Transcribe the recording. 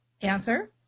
Answer